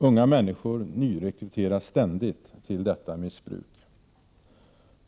Unga människor nyrekryteras ständigt till detta missbruk.